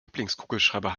lieblingskugelschreiber